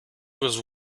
was